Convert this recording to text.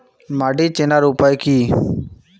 মাটি চেনার উপায় কি?